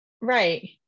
right